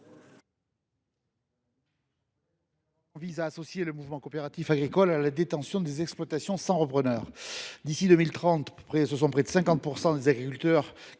Pla, vise à associer le mouvement coopératif agricole à la détection des exploitations sans repreneur. D’ici à 2030, près de 50 % des agriculteurs